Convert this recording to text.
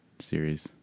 series